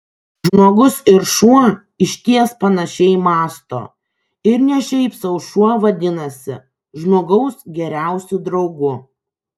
žmogus ir šuo išties panašiai mąsto ir ne šiaip sau šuo vadinasi žmogaus geriausiu draugu